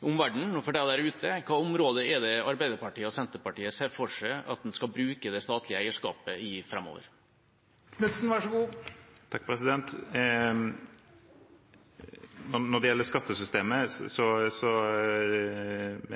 og for dem der ute: På hvilke områder er det Arbeiderpartiet og Senterpartiet ser for seg at en skal bruke det statlige eierskapet framover? Når det gjelder skattesystemet,